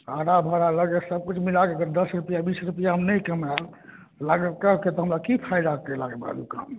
भाड़ा लगाके सब किछु मिलाके दस रुपैआ बीस रुपैआ हम नहि कमायब तऽ लगाएके हमरा की फायदा केलाके बाद ओ काम